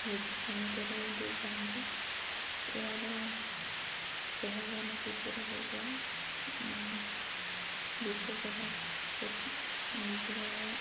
ମୃତ୍ୟୁ ସମ୍ମଗରେ ଦେଇଥାନ୍ତି ଏହାର ସମାଧାନ କିପରି ହୋଇଥାଏ ବିପଦକାର ପ୍ରତି ନିଜର